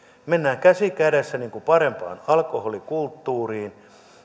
mennään käsi kädessä parempaan alkoholikulttuuriin